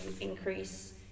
increase